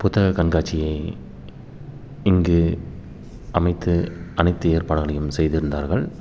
புத்தகக் கண்காட்சியை இங்கு அமைத்து அனைத்து ஏற்பாடுகளையும் செய்திருந்தார்கள்